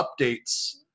updates